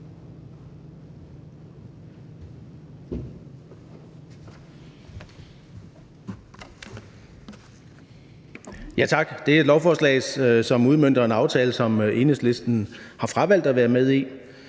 Tak. Det her er et lovforslag, som udmønter en aftale, som Enhedslisten har fravalgt at være med i.